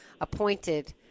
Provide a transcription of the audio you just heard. appointed